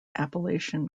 appalachian